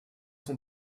son